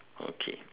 okay